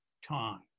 time